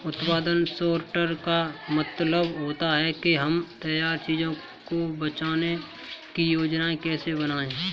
उत्पादन सॉर्टर का मतलब होता है कि हम तैयार चीजों को बेचने की योजनाएं कैसे बनाएं